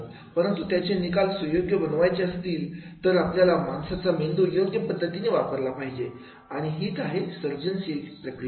परंतु त्याचे निकाल सुयोग्य बनवायचे असतील तर आपल्याला माणसाचा मेंदू योग्य पद्धतीने वापरला पाहिजे आणि हीच आहे सर्जनशील प्रक्रिया